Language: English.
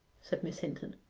said miss hinton,